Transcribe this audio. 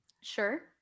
Sure